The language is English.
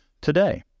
today